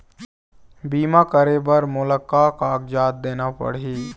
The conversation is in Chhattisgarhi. बीमा करे बर मोला का कागजात देना पड़ही?